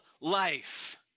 life